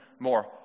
more